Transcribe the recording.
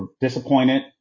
disappointed